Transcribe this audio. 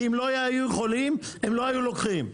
אם לא היו יכולים הם לא היו לוקחים.